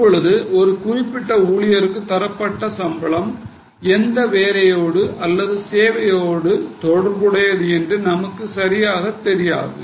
இப்பொழுது ஒரு குறிப்பிட்ட ஊழியருக்கு தரப்பட்ட சம்பளம் எந்த வேலையோடு அல்லது சேவையோடு தொடர்புடையது என்பது நமக்கு சரியாகத் தெரியாது